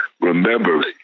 remember